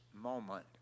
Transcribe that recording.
moment